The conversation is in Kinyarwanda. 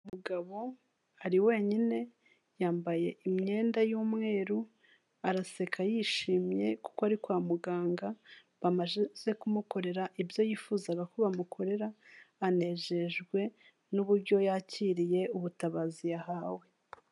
Umugabo ari wenyine, yambaye imyenda y'umweru, araseka yishimye kuko ari kwa muganga bamaze kumukorera ibyo yifuzaga ko bamukorera, anejejwe n'uburyo yakiriye ubutabazi yahawe.